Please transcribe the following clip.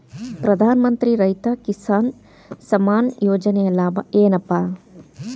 ಪ್ರಧಾನಮಂತ್ರಿ ರೈತ ಕಿಸಾನ್ ಸಮ್ಮಾನ ಯೋಜನೆಯ ಲಾಭ ಏನಪಾ?